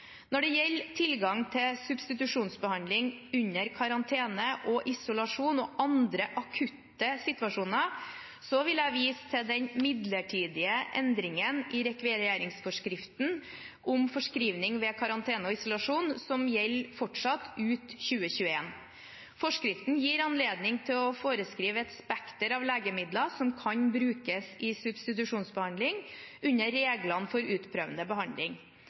Når det gjelder tilgang til substitusjonsbehandling under karantene og isolasjon og i andre akutte situasjoner, vil jeg vise til den midlertidige endringen i rekvireringsforskriften om forskrivning ved karantene og isolasjon, som fortsatt gjelder, ut 2021. Forskriften gir anledning til å forskrive et spekter av legemidler som kan brukes i substitusjonsbehandling, under reglene for utprøvende behandling.